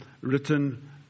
written